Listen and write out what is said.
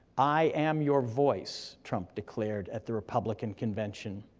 i am your voice, trump declared at the republican convention.